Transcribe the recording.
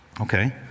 okay